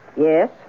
Yes